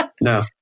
No